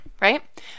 right